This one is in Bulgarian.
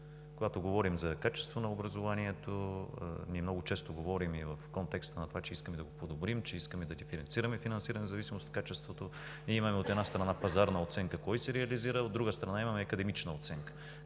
Когато говорим за качество на образованието, много често говорим в контекста и на това, че искаме да го подобрим, че искаме да диференцираме финансиране в зависимост от качеството. От една страна, имаме пазарна оценка кой се реализира, от друга страна, имаме академична оценка.